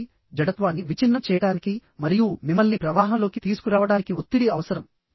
కాబట్టి జడత్వాన్ని విచ్ఛిన్నం చేయడానికి మరియు మిమ్మల్ని ప్రవాహంలోకి తీసుకురావడానికి ఒత్తిడి అవసరం